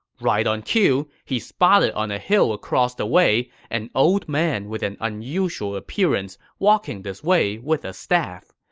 right on cue, he spotted on a hill across the way an old man with an unusual appearance walking this way with a staff.